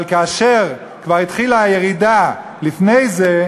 אבל כאשר כבר התחילה הירידה לפניה,